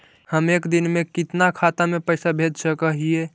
हम एक दिन में कितना खाता में पैसा भेज सक हिय?